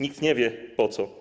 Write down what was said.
Nikt nie wie, po co.